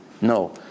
No